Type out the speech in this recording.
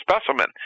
specimen